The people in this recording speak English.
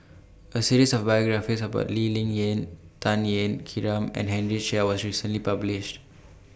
A series of biographies about Lee Ling Yen Tan Ean Kiam and Henry Chia was recently published